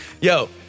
Yo